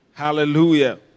Hallelujah